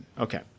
Okay